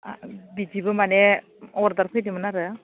बिदिबो माने अरदार फैदोंमोन आरो